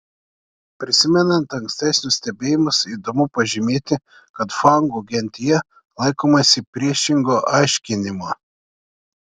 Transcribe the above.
prisimenant ankstesnius stebėjimus įdomu pažymėti kad fangų gentyje laikomasi priešingo aiškinimo